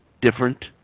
different